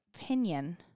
opinion